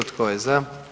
Tko je za?